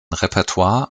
repertoire